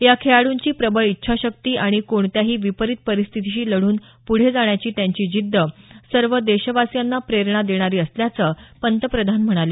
या खेळाइंची प्रबळ इच्छाशक्ती आणि कोणत्याही विपरीत परिस्थितीशी लढून पुढे जाण्याची त्यांची जिद्द सर्व देशवासीयांना प्रेरणा देणारी असल्याचं पंतप्रधान म्हणाले